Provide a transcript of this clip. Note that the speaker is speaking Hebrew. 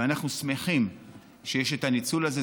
ואנחנו שמחים שיש את הניצול הזה,